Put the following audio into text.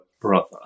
brother